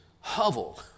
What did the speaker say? hovel